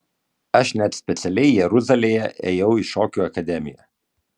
aš net specialiai jeruzalėje ėjau į šokių akademiją